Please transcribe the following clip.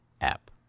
app